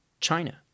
China